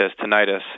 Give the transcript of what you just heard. tinnitus